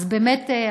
אז באמת,